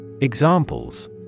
Examples